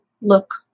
look